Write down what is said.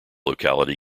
locality